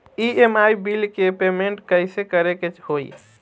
EMI bill के payment कइसे करे के होई?